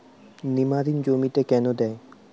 নিমারিন জমিতে কেন দেয়?